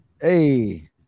Hey